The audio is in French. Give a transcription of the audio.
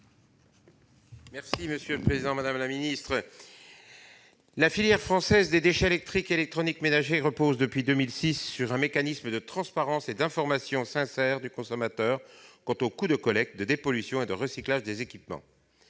présenter l'amendement n° 8 rectifié. La filière française des déchets électriques et électroniques ménagers repose depuis 2006 sur un mécanisme de transparence et d'information sincère du consommateur quant au coût de collecte, de dépollution et de recyclage des équipements.